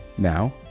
Now